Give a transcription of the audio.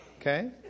okay